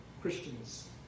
Christians